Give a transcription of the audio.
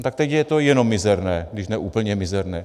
Tak teď je to jenom mizerné, když ne úplně mizerné.